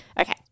Okay